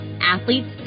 athletes